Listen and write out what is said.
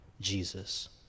Jesus